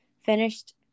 finished